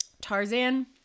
tarzan